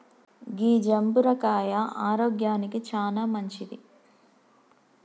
గీ జంబుర కాయ ఆరోగ్యానికి చానా మంచింది